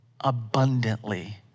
abundantly